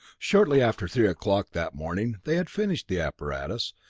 shortly after three o'clock that morning they had finished the apparatus,